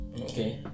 Okay